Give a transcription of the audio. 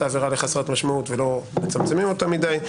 העבירה לחסרת משמעות ולא מצמצמים אותה מדי.